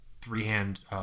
three-hand